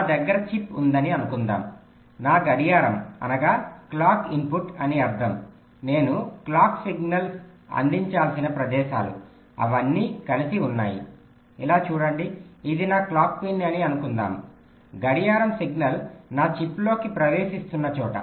నా దగ్గర చిప్ ఉందని అనుకుందాం నా గడియారం అనగా క్లాక్ ఇన్పుట్ అని అర్ధం నేను క్లాక్ సిగ్నల్ అందించాల్సిన ప్రదేశాలు అవన్నీ కలిసి ఉన్నాయి ఇలా చూడండి ఇది నా క్లాక్ పిన్ అని అనుకుందాము గడియారం సిగ్నల్ నా చిప్లోకి ప్రవేశిస్తున్న చోట